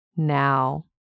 now